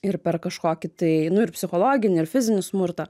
ir per kažkokį tai nu ir psichologinį ir fizinį smurtą